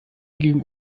gegen